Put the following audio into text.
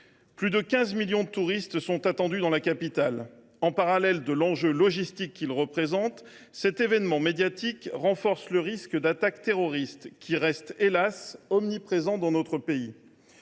Plus de 15 millions de touristes sont attendus dans la capitale à cette occasion. Outre l’enjeu logistique qu’il représente, cet événement médiatique renforce le risque d’attaque terroriste qui reste, hélas, omniprésent dans notre pays.